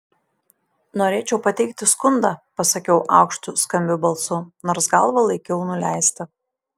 norėčiau pateikti skundą pasakiau aukštu skambiu balsu nors galvą laikiau nuleistą